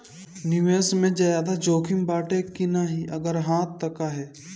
निवेस ज्यादा जोकिम बाटे कि नाहीं अगर हा तह काहे?